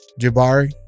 Jabari